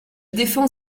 défends